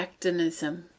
actinism